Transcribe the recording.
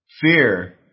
Fear